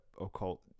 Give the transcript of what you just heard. occult